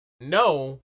no